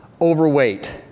overweight